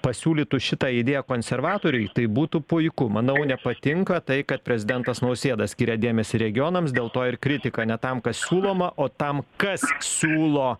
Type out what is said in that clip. pasiūlytų šitą idėją konservatoriui tai būtų puiku manau nepatinka tai kad prezidentas nausėda skiria dėmesį regionams dėl to ir kritika ne tam kas siūloma o tam kas siūlo